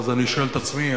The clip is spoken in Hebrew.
אני שואל את עצמי,